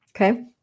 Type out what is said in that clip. okay